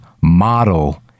model